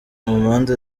mpande